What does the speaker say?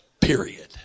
Period